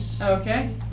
Okay